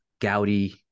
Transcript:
Gaudi